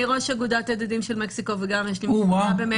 ואני ראש אגודת הידידים של מקסיקו וגם יש לי משפחה במקסיקו.